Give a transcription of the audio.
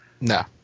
No